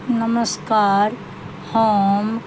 नमस्कार हम